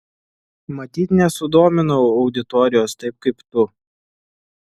matyt nesudominau auditorijos taip kaip tu